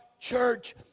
church